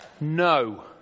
no